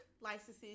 licenses